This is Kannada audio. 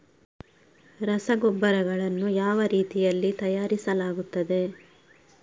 ರಸಗೊಬ್ಬರಗಳನ್ನು ಯಾವ ರೀತಿಯಲ್ಲಿ ತಯಾರಿಸಲಾಗುತ್ತದೆ?